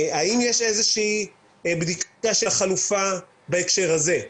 האם יש בדיקה של חלופה בהקשר הזה?